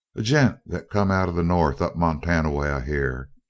a gent that come out of the north, up montana way, i hear.